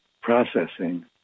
processing